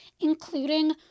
including